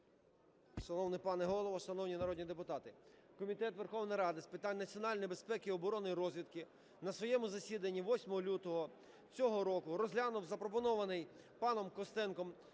Шановний пане Голово, шановні народні депутати! Комітет Верховної Ради з питань національної безпеки, оборони і розвідки на своєму засіданні 8 лютого цього року розглянув запропонований паном Костенком